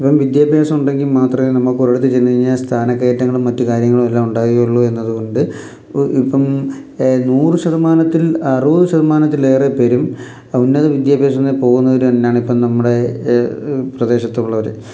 ഇപ്പം വിദ്യാഭ്യാസം ഉണ്ടെങ്കിൽ മാത്രമേ നമുക്ക് ഒരു ഇടത്ത് നിന്ന് ചെന്നു കഴിഞ്ഞാൽ സ്ഥാനക്കയറ്റങ്ങളും മറ്റു കാര്യങ്ങളും എല്ലാം ഉണ്ടാകുകയുള്ളൂ അതുകൊണ്ട് ഇപ്പം നൂറ് ശതമാനത്തിൽ അറുപത് ശതമാനത്തിലേറെ പേരും ഉന്നത വിദ്യാഭ്യാസം എന്ന പോകുന്നവർ തന്നെയാണ് ഇപ്പം നമ്മുടെ പ്രദേശത്തുള്ളവർ